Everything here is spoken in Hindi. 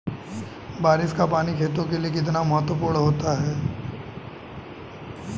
बारिश का पानी खेतों के लिये कितना महत्वपूर्ण होता है?